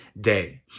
day